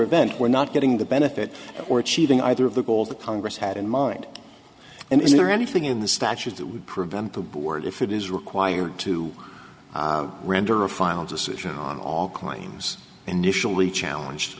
event we're not getting the benefit or achieving either of the goals that congress had in mind and is there anything in the statute that would prevent the board if it is required to render a final decision on all claims initially challenge